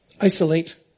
isolate